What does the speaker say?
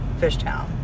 Fishtown